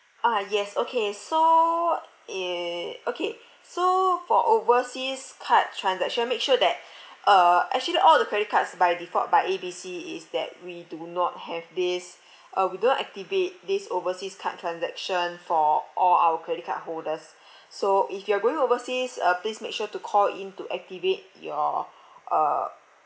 ah yes okay so y~ uh okay so for overseas card transaction make sure that uh actually all the credit cards by default by A B C is that we do not have this uh we don't activate this overseas card transaction for all our credit card holders so if you're going overseas uh please make sure to call in to activate your uh